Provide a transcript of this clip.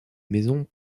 maisons